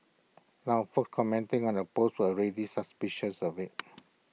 now folks commenting on the post were already suspicious of IT